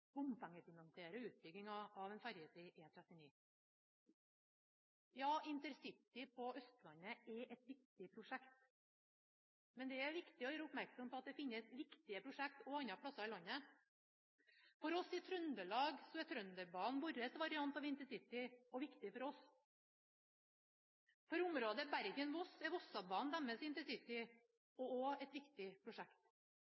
bompengefinansiere utbygginga av en fergefri E39. Intercityutbygging på Østlandet er et viktig prosjekt, men det er viktig å gjøre oppmerksom på at det finnes viktige prosjekter også andre steder i landet. For oss i Trøndelag er Trønderbanen vår variant av intercitytog og viktig for oss. For folk i området Bergen–Voss er